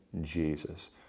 Jesus